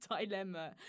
dilemma